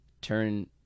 turn